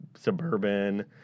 suburban